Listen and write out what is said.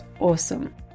awesome